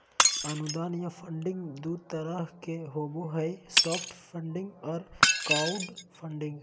अनुदान या फंडिंग दू तरह के होबो हय सॉफ्ट फंडिंग आर क्राउड फंडिंग